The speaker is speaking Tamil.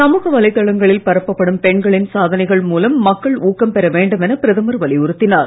சமூக வலைதளங்களில் பரப்பப்படும் பெண்களின் சாதனைகள் மூலம் மக்கள் ஊக்கம் பெற வேண்டும் என பிரதமர் வலியுறுத்தினார்